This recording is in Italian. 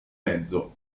mezzo